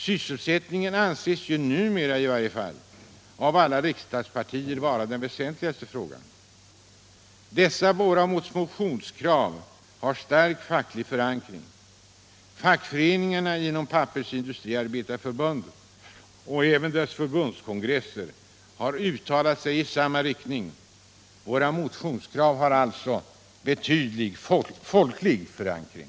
Sysselsättningen anses, i varje fall numera, av alla riksdagspartier vara den väsentligaste frågan. Dessa våra motionskrav har stark facklig förankring. Fackföreningarna inom Pappersindustriarbetarförbundet och även dess förbundskongresser har uttalat sig i samma riktning. Våra motionskrav har alltså betydande folklig förankring.